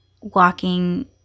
walking